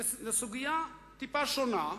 זו סוגיה טיפה שונה,